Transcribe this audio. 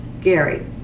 Gary